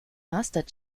master